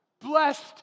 Blessed